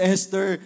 Esther